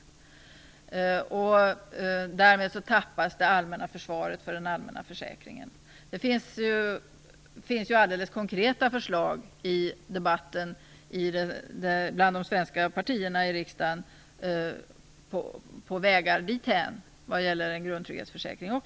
Därmed tappas det allmänna försvaret för den allmänna försäkringen. Det finns bland partierna i riksdagen konkreta förslag till vägar att nå dithän också vad gäller grundtrygghetsförsäkring.